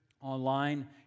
online